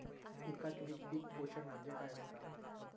एकात्मिक पीक पोषण म्हणजे काय असतां?